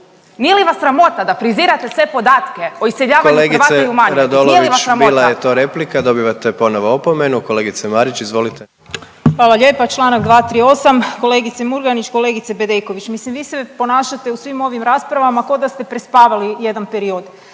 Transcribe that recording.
Nije vas sramota? **Jandroković, Gordan (HDZ)** Kolegice Radolović bila je to replika, dobivate ponovo opomenu. Kolegice Marić, izvolite. **Marić, Andreja (SDP)** Hvala lijepa. Članak 238., kolegice Murganić, kolegice Bedeković mislim vi se ponašate u svim ovim raspravama ko da ste prespavali jedan period.